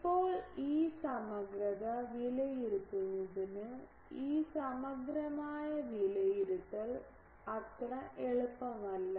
ഇപ്പോൾ ഈ സമഗ്രത വിലയിരുത്തുന്നതിന് ഈ സമഗ്രമായ വിലയിരുത്തൽ അത്ര എളുപ്പമല്ല